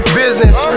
business